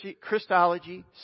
Christology